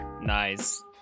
Nice